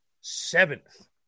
seventh